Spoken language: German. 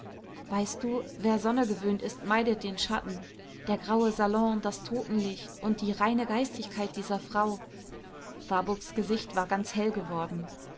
weißt du wer sonne gewöhnt ist meidet den schatten der graue salon das totenlicht und die reine geistigkeit dieser frau warburgs gesicht war ganz hell geworden